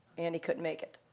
and he couldn't make it.